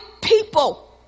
people